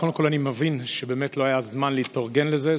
קודם כול אני מבין שבאמת לא היה זמן להתארגן לזה,